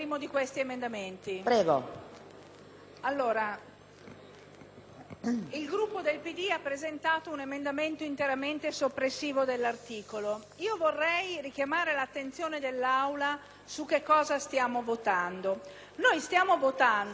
ha presentato un emendamento interamente soppressivo dell'articolo 2. Vorrei richiamare l'attenzione dell'Aula su cosa stiamo votando. Noi stiamo votando una procedura transattiva che chiude ogni possibile contenzioso